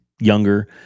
younger